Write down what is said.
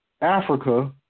Africa